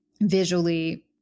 Visually